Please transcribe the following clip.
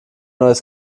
neues